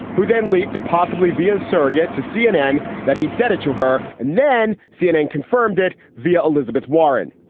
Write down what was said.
who then leaked possibly via a surrogate to cnn, that he said it to her and then cnn confirmed it via elizabeth warren.